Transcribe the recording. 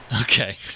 Okay